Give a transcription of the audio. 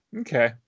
Okay